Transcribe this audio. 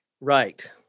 Right